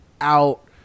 out